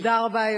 תודה רבה.